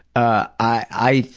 i, i,